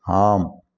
ஆம்